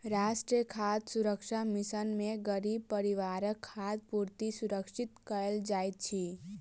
राष्ट्रीय खाद्य सुरक्षा मिशन में गरीब परिवारक खाद्य पूर्ति सुरक्षित कयल जाइत अछि